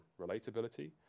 relatability